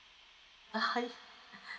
uh hi